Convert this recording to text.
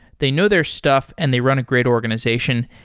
they know their stuff and they run a great organization.